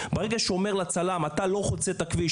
ברגע שהוא אומר לצלם: אתה לא חוצה את הכביש,